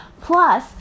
plus